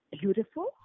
beautiful